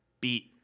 beat